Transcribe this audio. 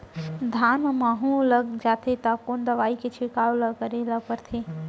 धान म माहो लग जाथे त कोन दवई के छिड़काव ल करे ल पड़थे?